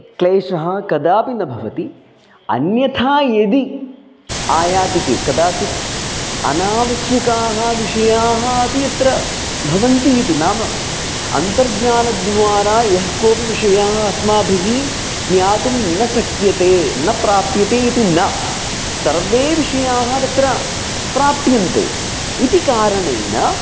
क्लेशः कदापि न भवति अन्यथा यदि आयाति चेत् कदाचित् अनावश्यकाः विषयाः अपि अत्र भवन्ति इति नाम अन्तर्जालद्वारा यः केपि विषयाः अस्माभिः ज्ञातुं न शक्यन्ते न प्राप्यन्ते इति न सर्वे विषयाः तत्र प्राप्यन्ते इति कारणेन